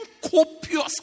copious